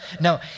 No